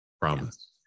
promise